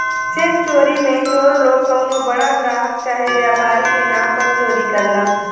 check चोरी मे चोर लोग कउनो बड़ा ग्राहक चाहे व्यापारी के नाम पर चोरी करला